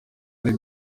ari